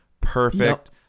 Perfect